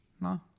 no